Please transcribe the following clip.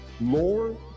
Lord